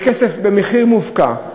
במחיר מופקע,